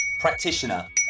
Practitioner